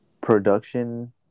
production